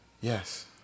Yes